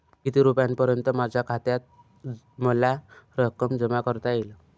किती रुपयांपर्यंत माझ्या खात्यात मला रक्कम जमा करता येईल?